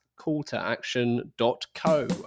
calltoaction.co